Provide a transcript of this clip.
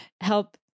help